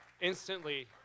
instantly